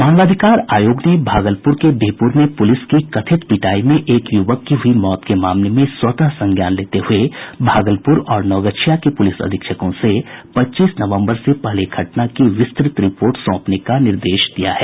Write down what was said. मानवाधिकार आयोग ने भागलपुर के बिहपुर में पुलिस की कथित पिटाई में एक यूवक की हुई मौत के मामले में स्वतः संज्ञान लेते हुये भागलपुर और नवगछिया के पुलिस अधीक्षकों से पच्चीस नवम्बर से पहले घटना की विस्तृत रिपोर्ट सौंपने का निर्देश दिया है